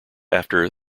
after